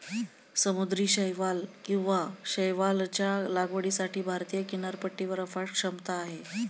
समुद्री शैवाल किंवा शैवालच्या लागवडीसाठी भारतीय किनारपट्टीवर अफाट क्षमता आहे